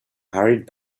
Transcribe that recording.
hurried